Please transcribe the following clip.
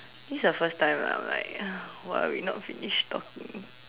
this the first time that I'm like uh why are we not finished talking